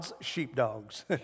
sheepdogs